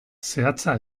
zehatza